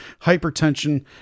hypertension